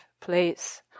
place